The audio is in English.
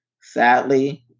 Sadly